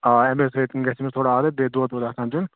آ امے سۭتۍ گَژھِ أمِس تھوڑا عادت بیٚیہِ دۄد وۄد آسان دیُن